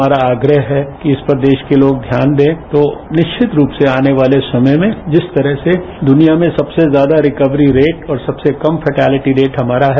हमारा आग्रह है कि इस पर देश के लोग ध्यान दें तो निश्चित रूप से आने वाले समय में इस तरह से द्रनिया में सबसे ज्यादा रिकवरी रेट और सबसे कम फरटेलिटी रेट हमारा है